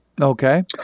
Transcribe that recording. Okay